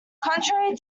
contrary